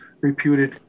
reputed